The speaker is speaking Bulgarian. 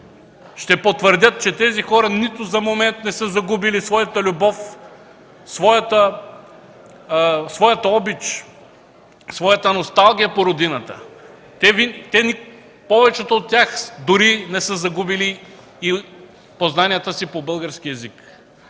ще потвърдят, че тези хора нито за момент не са загубили своята любов, своята обич, своята носталгия по родината. Повечето от тях дори не са загубили и познанията си по български език.